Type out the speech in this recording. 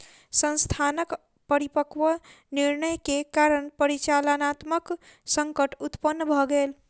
संस्थानक अपरिपक्व निर्णय के कारण परिचालनात्मक संकट उत्पन्न भ गेल